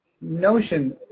notion